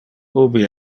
ubi